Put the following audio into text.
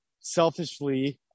selfishly